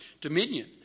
dominion